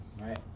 Right